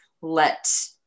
let